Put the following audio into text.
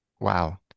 Wow